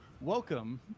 Welcome